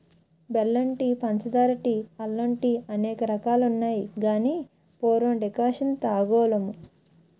బెల్లం టీ పంచదార టీ అల్లం టీఅనేక రకాలున్నాయి గాని పూర్వం డికర్షణ తాగోలుము